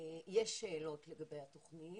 יש שאלות לגבי התוכנית.